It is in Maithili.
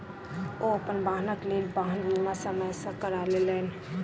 ओ अपन वाहनक लेल वाहन बीमा समय सॅ करा लेलैन